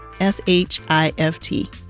S-H-I-F-T